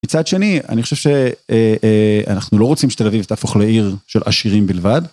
מצד שני, אני חושב שאנחנו לא רוצים שתל אביב תהפוך לעיר של עשירים בלבד.